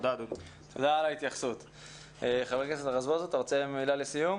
חבר הכנסת רזבוזוב, מילה לסיום.